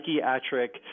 psychiatric